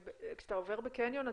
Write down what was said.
אתה עובר בקניון,